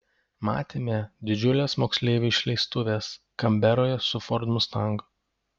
matėme didžiules moksleivių išleistuves kanberoje su ford mustang